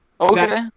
Okay